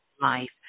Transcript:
life